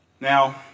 Now